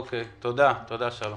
תודה שלום.